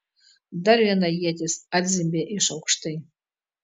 dar viena ietis atzvimbė iš aukštai